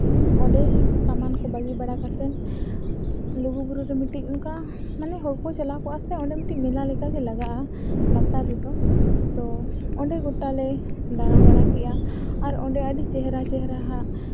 ᱚᱸᱰᱮ ᱥᱟᱢᱟᱱ ᱠᱚ ᱵᱟᱹᱜᱤ ᱵᱟᱲᱟ ᱠᱟᱛᱮᱫ ᱞᱩᱜᱩᱼᱵᱩᱨᱩ ᱨᱮ ᱢᱤᱫᱴᱤᱡ ᱚᱱᱠᱟ ᱢᱟᱱᱮ ᱦᱚᱲᱠᱚ ᱪᱟᱞᱟᱣ ᱠᱚᱜᱼᱟ ᱥᱮ ᱚᱸᱰᱮ ᱢᱤᱫᱴᱤᱡ ᱢᱮᱞᱟ ᱞᱮᱠᱟ ᱜᱮ ᱞᱟᱜᱟᱜᱼᱟ ᱞᱟᱛᱟᱨ ᱨᱮᱫᱚ ᱛᱚ ᱚᱸᱰᱮ ᱜᱳᱴᱟᱞᱮ ᱫᱟᱬᱟ ᱵᱟᱲᱟ ᱠᱮᱫᱼᱟ ᱟᱨ ᱚᱸᱰᱮ ᱟᱹᱰᱤ ᱪᱮᱦᱨᱟ ᱪᱮᱦᱨᱟ ᱦᱟᱸᱜ